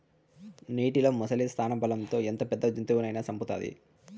నీటిలో ముసలి స్థానబలం తో ఎంత పెద్ద జంతువునైనా సంపుతాది